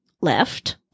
left